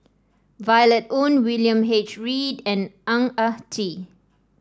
Violet Oon William H Read and Ang Ah Tee